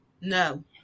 No